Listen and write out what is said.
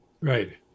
Right